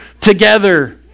together